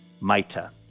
Maita